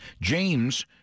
James